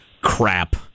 crap